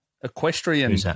equestrian